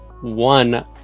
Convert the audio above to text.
One